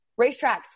racetracks